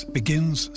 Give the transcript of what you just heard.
begins